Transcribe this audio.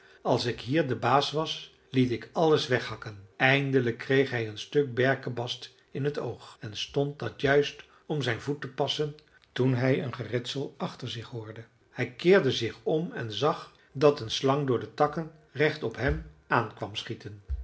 als ik hier de baas was liet ik alles weghakken eindelijk kreeg hij een stuk berkebast in t oog en stond dat juist om zijn voet te passen toen hij een geritsel achter zich hoorde hij keerde zich om en zag dat een slang door de takken recht op hem aan kwam schieten